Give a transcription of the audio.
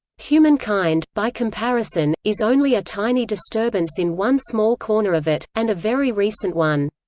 humankind, by comparison, is only a tiny disturbance in one small corner of it and a very recent one.